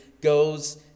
goes